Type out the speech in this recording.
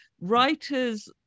writers